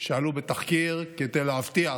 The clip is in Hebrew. שעלו בתחקיר כדי להבטיח